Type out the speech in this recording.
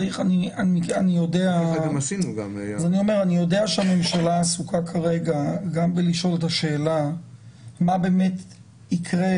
אני יודע שהממשלה עסוקה כרגע ושואלת את השאלה מה באמת יקרה